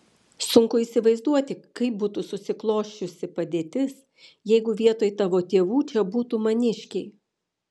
sunku įsivaizduoti kaip būtų susiklosčiusi padėtis jeigu vietoj tavo tėvų čia būtų maniškiai